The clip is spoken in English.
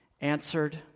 answered